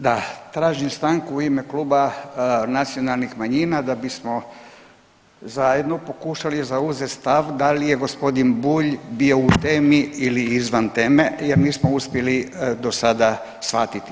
Da, tražim stanku u ime Kluba nacionalnih manjina da bismo zajedno pokušali zauzeti stav da li je g. Bulj bio u temi ili izvan teme jer nismo uspjeli do sada shvatiti.